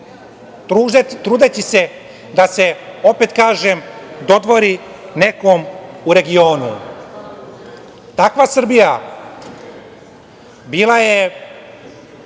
trudeći se, opet kažem, dodvori nekom u regionu. Takva Srbija bila je,